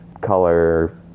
color